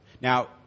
Now